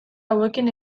hauekin